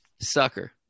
Sucker